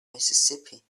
mississippi